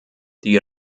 die